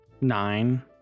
nine